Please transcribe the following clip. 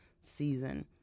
season